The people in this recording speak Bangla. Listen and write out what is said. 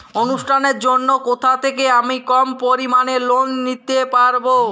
অনুষ্ঠানের জন্য কোথা থেকে আমি কম পরিমাণের লোন নিতে পারব?